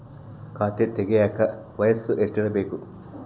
ಖಾತೆ ತೆಗೆಯಕ ವಯಸ್ಸು ಎಷ್ಟಿರಬೇಕು?